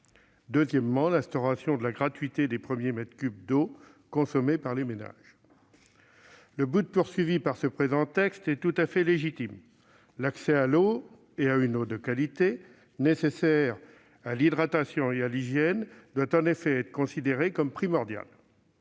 deuxièmement, l'instauration de la gratuité des premiers mètres cubes d'eau consommés par les ménages. Le but visé par ce présent texte est tout à fait légitime : l'accès à l'eau, et à une eau de qualité, nécessaire à l'hydratation et à l'hygiène, doit en effet être considéré comme primordial.